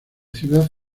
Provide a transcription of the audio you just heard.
ciudad